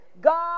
God